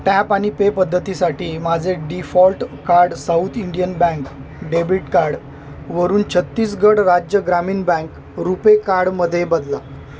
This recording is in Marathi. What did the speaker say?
टॅप आणि पे पद्धतीसाठी माझे default card South Indian bank debit card वरून छत्तीसगड राज्य ग्रामीण बँक रुपे कार्डमध्ये बदला